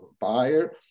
buyer